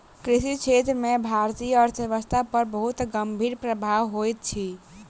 कृषि क्षेत्र के भारतीय अर्थव्यवस्था पर बहुत गंभीर प्रभाव होइत अछि